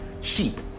sheep